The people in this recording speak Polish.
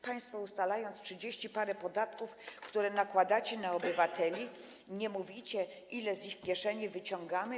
Państwo, ustalając trzydzieści parę podatków, które nakładacie na obywateli, nie mówicie, ile z ich kieszeni wyciągamy.